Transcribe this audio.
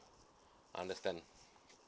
understand